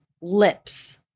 Lips